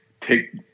Take